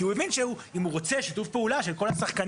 כי הוא הבין שאם הוא רוצה שיתוף פעולה של כל השחקנים,